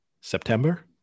September